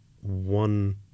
one